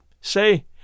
say